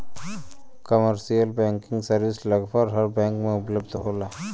commercial banking service लगभग हर bank में उपलब्ध होला